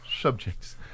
Subjects